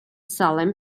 salem